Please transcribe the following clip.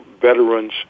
veterans